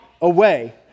away